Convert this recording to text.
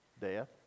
death